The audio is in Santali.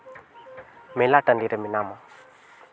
ᱢᱮᱞᱟ ᱴᱟᱺᱰᱤᱨᱮ ᱢᱮᱱᱟᱢᱟ